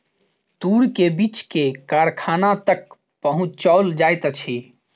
तूर के बीछ के कारखाना तक पहुचौल जाइत अछि